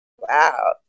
Wow